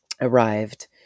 arrived